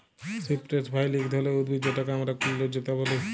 cypress ভাইল ইক ধরলের উদ্ভিদ যেটকে আমরা কুল্জলতা ব্যলে